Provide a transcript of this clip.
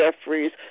Jeffries